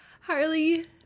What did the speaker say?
Harley